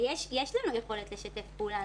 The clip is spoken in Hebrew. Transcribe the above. ויש לנו יכולת לשתף פעולה.